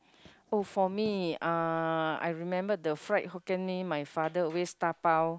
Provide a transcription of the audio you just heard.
oh for me uh I remember the fried Hokkien-Mee my father always dabao